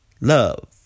Love